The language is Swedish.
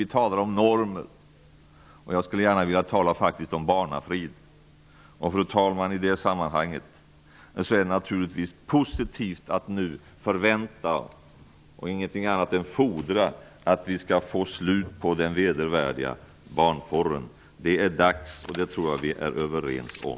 Vi talar om normer. Jag skulle faktiskt gärna vilja tala om barnafrid. I det sammanhanget, fru talman, är det naturligtvis positivt att vi nu förväntar oss och fordrar att det skall bli slut på den vedervärdiga barnporren. Det är dags. Det tror jag att vi alla är överens om.